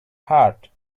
heart